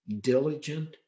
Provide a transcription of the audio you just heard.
diligent